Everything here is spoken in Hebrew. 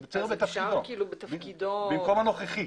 זה צריך להיות 'בתפקידו' במקום הנוכחי.